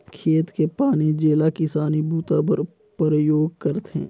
खेत के पानी जेला किसानी बूता बर परयोग करथे